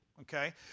Okay